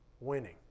winning